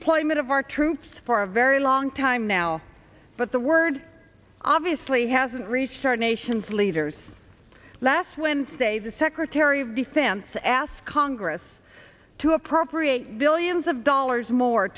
of our troops for a very long time now but the word obviously hasn't reached our nation's leaders last wednesday the secretary of defense asked congress to appropriate billions of dollars more